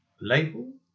Label